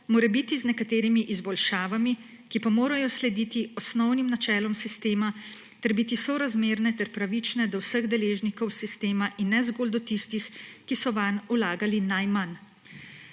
morebiti z nekaterimi izboljšavami, ki pa morajo slediti osnovnim načelom sistema ter biti sorazmerne ter pravične do vseh deležnikov sistema in ne zgolj do tistih, ki so vanj vlagali najmanj.